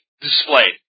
displayed